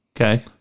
Okay